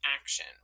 action